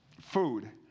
food